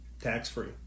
tax-free